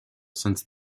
since